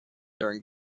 during